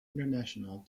international